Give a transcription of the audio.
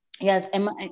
Yes